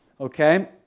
Okay